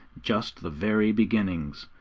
just the very beginnings.